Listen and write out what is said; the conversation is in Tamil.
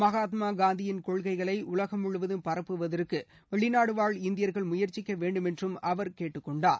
மகாத்மா காந்தியின் கொள்கைகளை உலகம் முழுவதும் பரப்புவதற்கு வெளிநாடுவாழ் இந்தியர்கள் முயற்சிக்க வேண்டும் என்றும் அவர் கேட்டுக்கொண்டார்